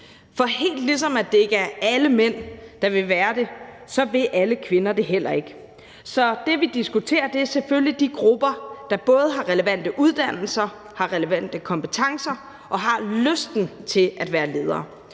for helt ligesom det ikke er alle mænd, der vil være det, så vil alle kvinder det heller ikke. Så det, vi diskuterer, er selvfølgelig de grupper, der både har relevante uddannelser, har relevante kompetencer og har lysten til at være ledere.